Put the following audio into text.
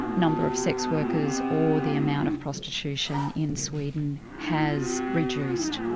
number of sex workers or the amount of prostitution in sweden has reduced.